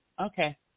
Okay